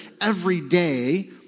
everyday